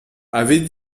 avait